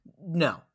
No